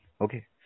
okay